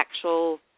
actual